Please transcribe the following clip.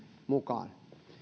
mukaan